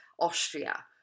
Austria